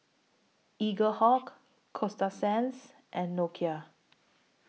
Eaglehawk Coasta Sands and Nokia